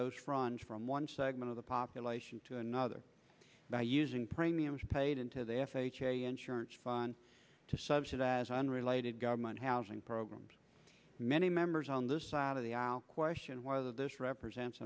those fronts from one segment of the population to another by using premiums paid into the f h a insurance fund to subsidize unrelated government housing programs many members on this side of the aisle question whether this represents